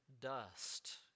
dust